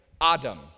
Adam